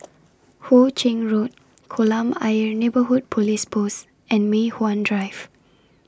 Hu Ching Road Kolam Ayer Neighbourhood Police Post and Mei Hwan Drive